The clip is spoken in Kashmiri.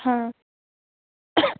ہاں